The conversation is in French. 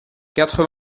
quatre